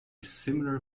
similar